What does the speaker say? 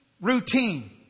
routine